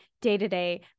day-to-day